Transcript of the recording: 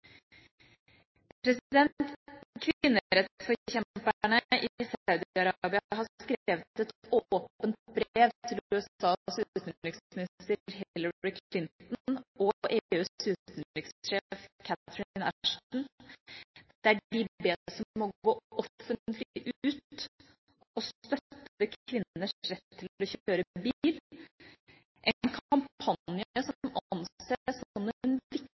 i Saudi-Arabia har skrevet et åpent brev til USAs utenriksminister Hillary Clinton og EUs utenrikssjef Catherine Ashton, der de bes om å gå offentlig ut og støtte kvinners rett til å kjøre bil – en kampanje som anses som